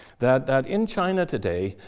that that in china today,